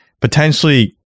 potentially